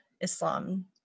Islam